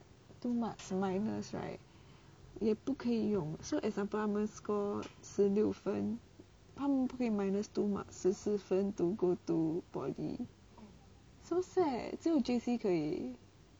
two marks minus right 也不可以用 so example 他们 score 十六分他们不可以 minus two marks 十四分 to go to poly so sad 只有 J_C 可以